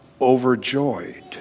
overjoyed